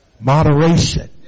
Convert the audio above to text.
Moderation